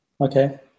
Okay